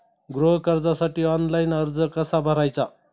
गृह कर्जासाठी ऑनलाइन अर्ज कसा भरायचा?